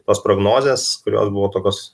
tos prognozės kurios buvo tokios